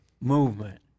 movement